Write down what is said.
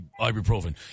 ibuprofen